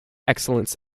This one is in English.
excellence